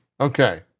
Okay